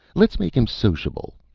let's make him sociable.